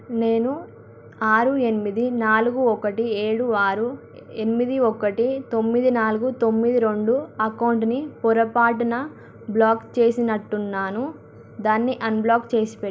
నేను ఆరు ఎనిమిది నాలుగు ఒకటి ఏడు ఆరు ఎనిమిది ఒకటి తొమ్మిది నాలుగు తొమ్మిది రెండు అకౌంట్ని పొరపాటున బ్లాక్ చేసినట్టున్నాను దాన్ని అన్బ్లాక్ చేసిపెట్టు